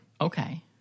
okay